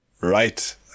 right